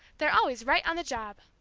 they're always right on the job.